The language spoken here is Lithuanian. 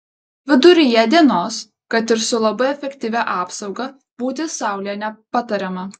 viduryje dienos kad ir su labai efektyvia apsauga būti saulėje nepatariama